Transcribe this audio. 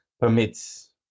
permits